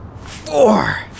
four